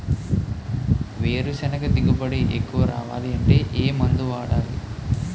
వేరుసెనగ దిగుబడి ఎక్కువ రావాలి అంటే ఏ మందు వాడాలి?